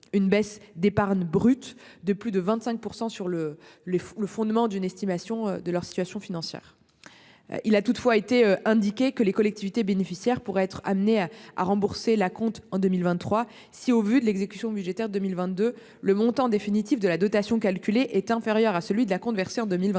une baisse d'épargne brute de plus de 25% sur le le le fondement d'une estimation de leur situation financière. Il a toutefois été indiqué que les collectivités bénéficiaires pourraient être amenés à à rembourser l'acompte en 2023. Si au vu de l'exécution budgétaire 2022 le montant définitif de la dotation calculée est inférieur à celui de l'acompte versé en 2022